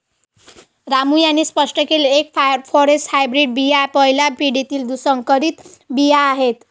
रामू यांनी स्पष्ट केले की एफ फॉरेस्ट हायब्रीड बिया पहिल्या पिढीतील संकरित बिया आहेत